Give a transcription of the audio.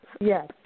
Yes